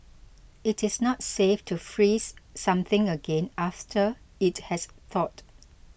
it is not safe to freeze something again after it has thawed